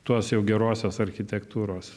tuos jau gerosios architektūros